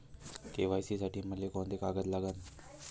KYC साठी मले कोंते कागद लागन?